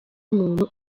muntu